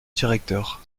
directeur